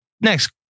next